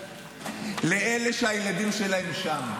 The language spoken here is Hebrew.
לאלה שהילדים שלהם שם,